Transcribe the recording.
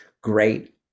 great